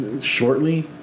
shortly